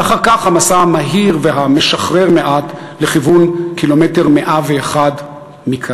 ואחר כך המסע המהיר והמשחרר מעט לכיוון קילומטר 101 מקהיר.